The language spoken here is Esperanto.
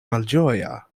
malĝoja